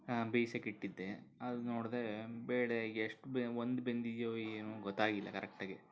ಬೇಯ್ಸೋಕೆ ಇಟ್ಟಿದ್ದೆ ಅದು ನೋಡಿದ್ರೆ ಬೇಳೆಗೆ ಎಷ್ಟು ಭೀ ಒಂದು ಬೆಂದಿದೆಯೋ ಏನೋ ಗೊತ್ತಾಗ್ಲಿಲ್ಲ ಕರೆಕ್ಟಾಗಿ